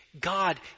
God